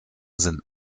sind